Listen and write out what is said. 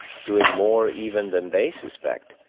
doing more even than they suspect,